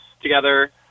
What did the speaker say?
together